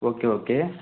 okay okay